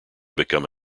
become